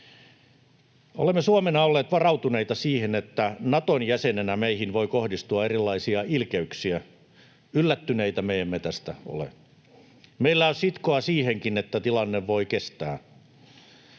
Olemme Suomena olleet varautuneita siihen, että Naton jäsenenä meihin voi kohdistua erilaisia ilkeyksiä. Yllättyneitä me emme tästä ole. Meillä on sitkoa siihenkin, että tilanne voi kestää.